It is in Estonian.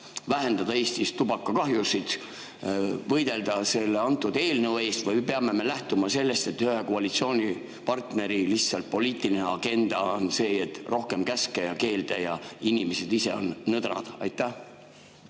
vähendada Eestis tubakakahjusid ja võidelda selle eelnõu eest või peame me lähtuma sellest, et ühe koalitsioonipartneri poliitiline agenda lihtsalt on see, et rohkem käske ja keelde ja inimesed ise on nõdrad? Tänan,